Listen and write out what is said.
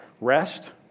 rest